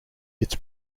its